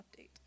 update